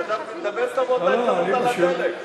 חשבתי שתדבר אתו באותה הזדמנות על הדלק.